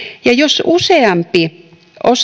ja jos useampi